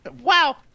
Wow